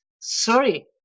sorry